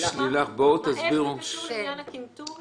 לילך, את יכולה להסביר במה זה קשור לעניין הקנטור?